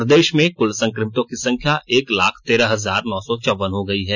प्रदेश में कुल संक्रमितों की संख्या एक लाख तेरह हजार नौ सौ चौवन हो गई है